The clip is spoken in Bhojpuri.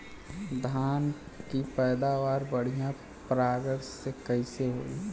धान की पैदावार बढ़िया परागण से कईसे होई?